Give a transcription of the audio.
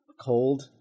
cold